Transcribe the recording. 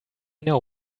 know